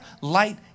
light